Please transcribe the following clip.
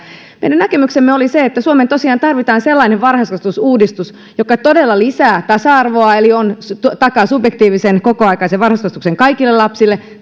meidän näkemyksemme oli se että suomeen tosiaan tarvitaan sellainen varhaiskasvatusuudistus joka todella lisää tasa arvoa eli takaa subjektiivisen kokoaikaisen varhaiskasvatuksen kaikille lapsille